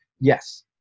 yes